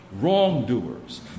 wrongdoers